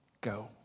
Go